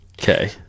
Okay